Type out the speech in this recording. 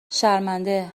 شرمنده